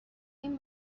این